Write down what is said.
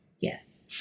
Yes